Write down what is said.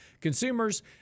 consumers